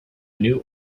new